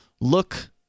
look